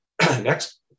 Next